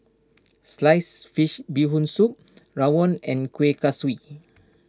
Sliced Fish Bee Hoon Soup Rawon and Kueh Kaswi